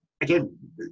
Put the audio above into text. again